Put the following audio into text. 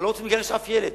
אנחנו לא רוצים לגרש אף ילד.